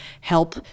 help